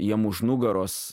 jiem už nugaros